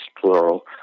plural